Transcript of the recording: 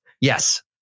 Yes